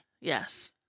Yes